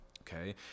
okay